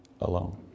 alone